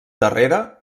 darrere